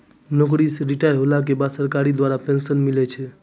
नौकरी से रिटायर होला के बाद सरकार द्वारा पेंशन मिलै छै